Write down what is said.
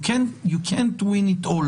You can't win it all